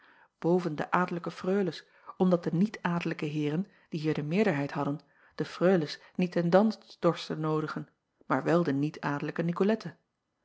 boven de adellijke freules omdat de niet adellijke heeren die hier de meerderheid hadden de freules niet ten dans dorsten noodigen maar wel de niet adellijke icolette